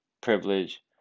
privilege